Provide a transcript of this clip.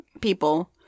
people